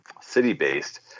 city-based